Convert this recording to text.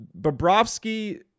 Bobrovsky